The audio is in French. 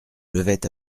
levait